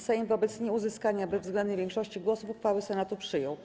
Sejm wobec nieuzyskania bezwzględnej większości głosów uchwałę Senatu przyjął.